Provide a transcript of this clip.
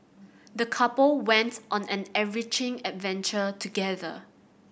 the couple went on an enriching adventure together